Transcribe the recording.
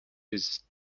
this